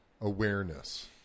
awareness